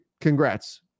congrats